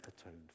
atoned